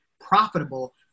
profitable